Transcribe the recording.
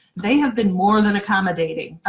they have been more than accommodating.